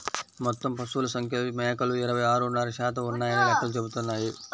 మొత్తం పశువుల సంఖ్యలో మేకలు ఇరవై ఆరున్నర శాతం ఉన్నాయని లెక్కలు చెబుతున్నాయి